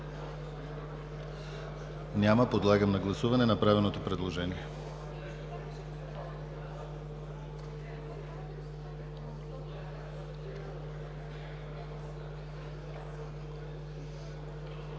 Няма. Подлагам на гласуване направеното предложение.